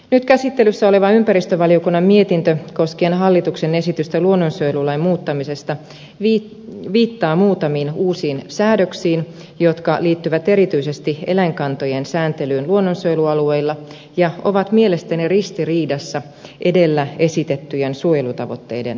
nyt käsittelyssä oleva ympäristövaliokunnan mietintö koskien hallituksen esitystä luonnonsuojelulain muuttamisesta viittaa muutamiin uusiin säädöksiin jotka liittyvät erityisesti eläinkantojen sääntelyyn luonnonsuojelualueilla ja ovat mielestäni ristiriidassa edellä esitettyjen suojelutavoitteiden kanssa